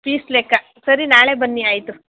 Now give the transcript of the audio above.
piece ಲೆಕ್ಕ ಸರಿ ನಾಳೆ ಬನ್ನಿ ಆಯಿತು